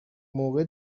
موقع